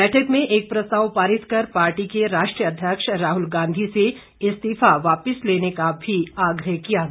बैठक में एक प्रस्ताव पारित कर पार्टी के राष्ट्रीय अध्यक्ष राहुल गांधी से इस्तीफा वापिस लेने का भी आग्रह किया गया